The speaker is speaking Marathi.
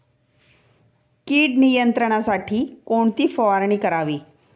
कीड नियंत्रणासाठी कोणती फवारणी करावी?